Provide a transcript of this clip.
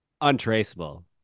untraceable